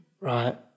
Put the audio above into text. right